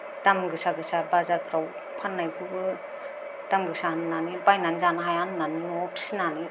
दाम गोसा गोसा बाजारफ्राव फान्नायखौबो दाम गोसा होन्नानै बायनानै जानो हाया होन्नानै नआव फिसिनानै